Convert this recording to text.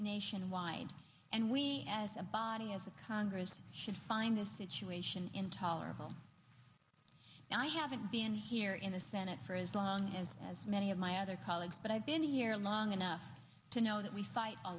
nationwide and we as a body as a congress should find this situation intolerable and i haven't been here in the senate for as long as as many of my other colleagues but i've been here long enough to know that we fight a